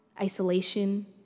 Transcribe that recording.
isolation